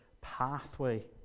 pathway